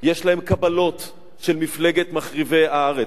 יש להם קבלות של מפלגת מחריבי הארץ,